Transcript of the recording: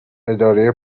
اداره